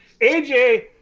AJ